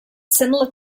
similar